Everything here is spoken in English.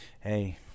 Hey